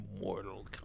Mortal